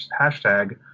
Hashtag